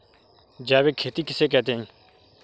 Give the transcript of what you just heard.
जैविक खेती किसे कहते हैं?